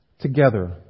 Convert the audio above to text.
together